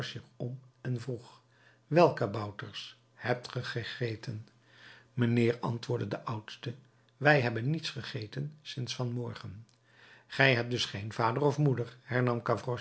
om en vroeg wel kabouters hebt ge gegeten mijnheer antwoordde de oudste wij hebben niet gegeten sinds van morgen gij hebt dus geen vader of moeder